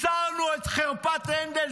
הסרנו את חרפת הנדל.